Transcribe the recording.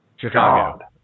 Chicago